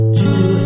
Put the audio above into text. two